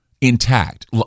intact